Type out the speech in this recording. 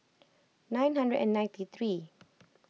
nine hundred and ninety three